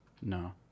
No